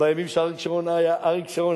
בימים שאריק שרון היה אריק שרון,